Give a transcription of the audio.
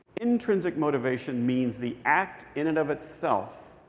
intrinsic motivation means the act, in and of itself,